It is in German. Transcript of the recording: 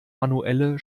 manuelle